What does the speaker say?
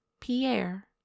Pierre